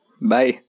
bye